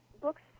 books